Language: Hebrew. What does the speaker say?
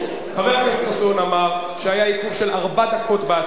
חבר הכנסת חסון אמר שהיה עיכוב של ארבע דקות בהצבעה.